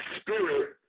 spirit